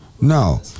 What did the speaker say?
No